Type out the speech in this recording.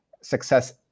success